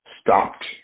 stopped